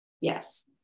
Yes